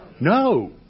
No